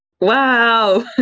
wow